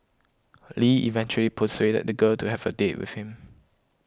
Lee eventually persuaded the girl to have a date with him